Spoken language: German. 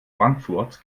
frankfurt